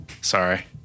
Sorry